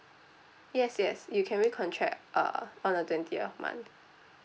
yes yes you can recontract uh on the twentieth month